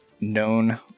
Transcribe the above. known